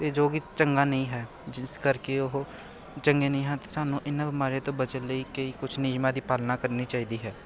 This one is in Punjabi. ਅਤੇ ਜੋ ਕਿ ਚੰਗਾ ਨਹੀਂ ਹੈ ਜਿਸ ਕਰਕੇ ਉਹ ਚੰਗੇ ਨਹੀਂ ਹਨ ਅਤੇ ਸਾਨੂੰ ਇਹਨਾਂ ਬਿਮਾਰੀਆਂ ਤੋਂ ਬਚਣ ਲਈ ਕਈ ਕੁਛ ਨਿਯਮਾਂ ਦੀ ਪਾਲਣਾ ਕਰਨੀ ਚਾਹੀਦੀ ਹੈ